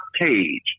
page